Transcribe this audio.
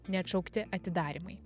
neatšaukti atidarymai